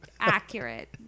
accurate